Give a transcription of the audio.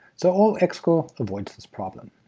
so o excl avoids this problem.